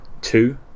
two